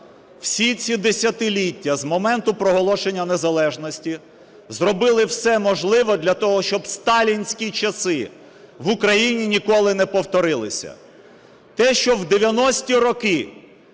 всі ці десятиліття з моменту проголошення незалежності зробили все можливе для того, щоб сталінські часи в Україні ніколи не повторилися. Те, що в 90-ті роки